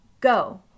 Go